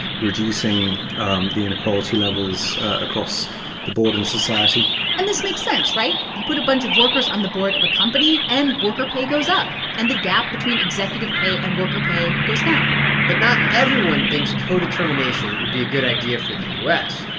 reducing um the inequality levels across the board in society and this makes sense, right? you put a bunch of workers on the board of a company and worker pay goes up, and the gap between executive pay and worker pay goes down but not everyone thinks co-determination would be a good idea for the u s.